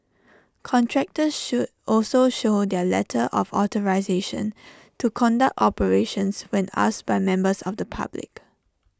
contractors show also show their letter of authorisation to conduct operations when asked by members of the public